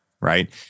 right